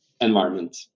environment